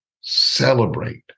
Celebrate